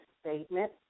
statement